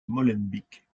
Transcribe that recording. molenbeek